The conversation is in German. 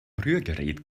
rührgerät